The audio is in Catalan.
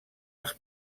els